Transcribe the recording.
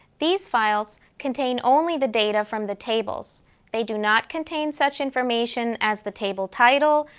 these files contain only the data from the tables they do not contain such information as the table title,